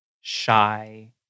shy